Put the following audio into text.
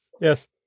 yes